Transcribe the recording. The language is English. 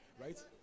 right